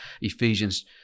ephesians